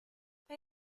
they